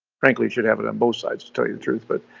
frankly, it should have it on both sides to tell you the truth. but,